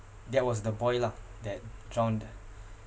that was the boy lah that drowned